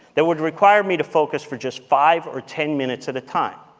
that would require me to focus for just five or ten minutes at a time.